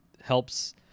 helps